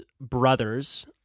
brothers